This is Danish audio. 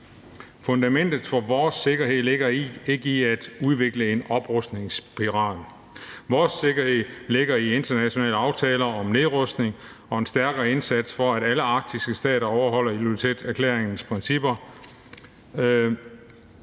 Fundamentet for vores sikkerhed ligger ikke i at udvikle en oprustningsspiral. Vores sikkerhed ligger i internationale aftaler om nedrustning og en stærkere indsats for, at alle arktiske stater overholder Ilulissaterklæringens principper.